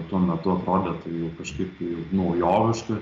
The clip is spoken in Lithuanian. tuo metu atrodė tai jau kažkaip jau naujoviška